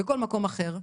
בכל מקום אחר,